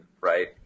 right